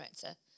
director